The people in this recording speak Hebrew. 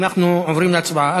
אנחנו עוברים להצבעה.